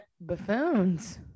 Buffoons